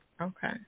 Okay